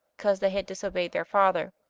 because they had disobeyed their father.